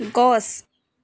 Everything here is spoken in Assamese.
গছ